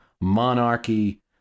monarchy